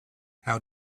how